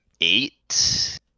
eight